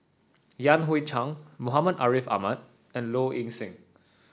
Yan Hui Chang Muhammad Ariff Ahmad and Low Ing Sing